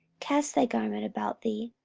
cast thy garment about thee,